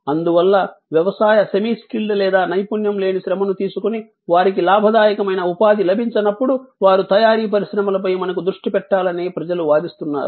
అందువల్ల వ్యవసాయ semi skilled లేదా నైపుణ్యం లేని శ్రమను తీసుకొని వారికి లాభదాయకమైన ఉపాధి లభించనప్పుడు వారు తయారీ పరిశ్రమలపై మనకు దృష్టి పెట్టాలని ప్రజలు వాదిస్తున్నారు